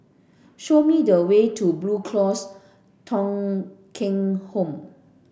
show me the way to Blue Cross Thong Kheng Home